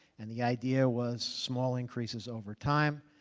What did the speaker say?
and the idea was small increases over time.